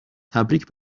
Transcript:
تبریک